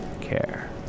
care